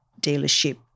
dealership